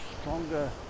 stronger